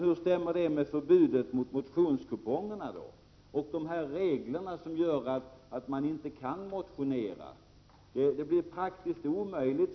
Hur stämmer det med förbudet mot motionskuponger och de regler som gör att man inte kan motionera? Det blir ju praktiskt omöjligt.